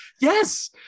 yes